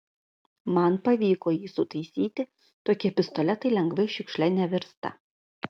man pavyko jį sutaisyti tokie pistoletai lengvai šiukšle nevirsta